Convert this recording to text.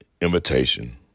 invitation